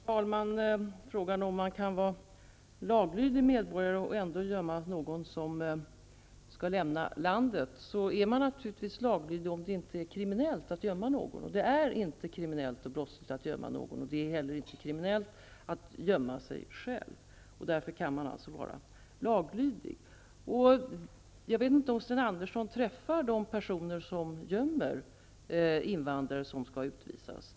Herr talman! Frågan gäller om man kan vara laglydig medborgare och ändå gömma någon som skall lämna landet. Man är naturligtvis laglydig om det inte är kriminellt att gömma någon. Det är inte kriminellt att gömma någon, och det är inte heller kriminellt att gömma sig själv. Därför kan man alltså vara laglydig. Jag vet inte om Sten Andersson i Malmö har träffat de personer som gömmer invandrare som skall utvisas.